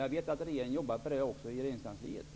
Jag vet också att man i regeringskansliet jobbar med problemet.